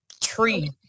tree